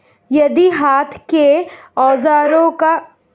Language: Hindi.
यदि हाथ के औजारों का ठीक से रखरखाव नहीं किया गया तो क्या होगा?